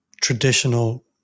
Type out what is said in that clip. traditional